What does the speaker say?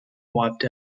wiped